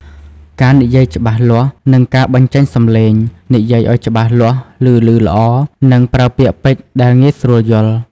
ការនិយាយច្បាស់លាស់ និងការបញ្ចេញសំឡេង និយាយឱ្យច្បាស់លាស់ ឮៗល្អ និងប្រើពាក្យពេចន៍ដែលងាយស្រួលយល់។